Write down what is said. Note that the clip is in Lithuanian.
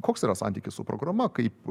koks yra santykis su programa kaip